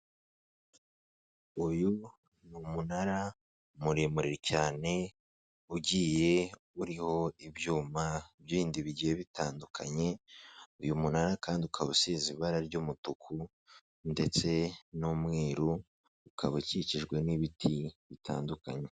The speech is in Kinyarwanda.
Uyu ni umunara muremure cyane ugiye uriho ibyuma bindi bigiye bitandukanye, uyu munara kandi ukaba usize ibara ry'umutuku ndetse n'umweru, ukaba ukikijwe n'ibiti bitandukanye.